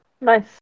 nice